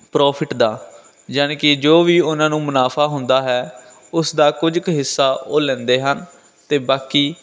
profit ਦਾ ਯਾਨੀ ਕਿ ਜੋ ਵੀ ਉਹਨਾਂ ਨੂੰ ਮੁਨਾਫਾ ਹੁੰਦਾ ਹੈ ਉਸ ਦਾ ਕੁਝ ਕੁ ਹਿੱਸਾ ਉਹ ਲੈਂਦੇ ਹਨ ਅਤੇ ਬਾਕੀ